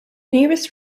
nearest